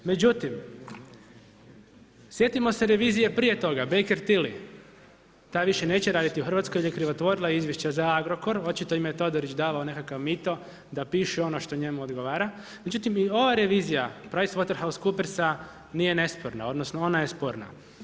Međutim, sjetimo se revizije prije toga, Baker Tilly ta više neće raditi u Hrvatskoj jer je krivotvorila izvješće za Agrokor, očito im je Todorić davao nekakav mito da piše ono što njemu odgovara, međutim i ova revizija Price waterhouse coopersa nije nesporna, odnosno ona je sporna.